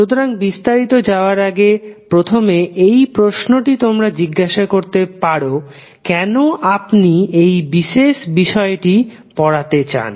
সুতরাং বিস্তারিত যাবার আগে প্রথম এই প্রশ্নটি তোমরা জিজ্ঞাসা করতে পারো কেন আপনি এই বিশেষ বিষয়টি পড়াতে চান